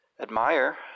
admire